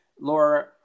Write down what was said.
Laura